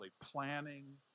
planning